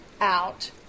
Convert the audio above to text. out